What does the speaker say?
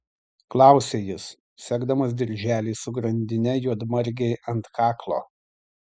klausia jis segdamas dirželį su grandine juodmargei ant kaklo